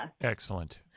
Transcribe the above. Excellent